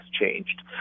changed